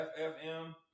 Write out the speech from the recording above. FFM